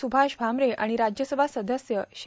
सुभाष भामरे आणि राज्यसभा सदस्य श्री